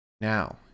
Now